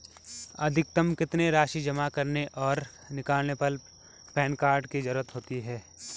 अधिकतम कितनी राशि जमा करने और निकालने पर पैन कार्ड की ज़रूरत होती है?